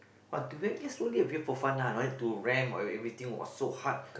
what to make me slowly a view for fun lah to rent or everything was so hard